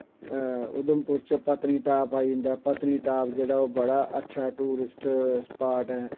ऊधमपुर च पतनीटॉप आई जंदा ऐ पतनीटॉप जेह्ड़ा ओह् बड़ा अच्छा टूरिस्ट सपॉट ऐ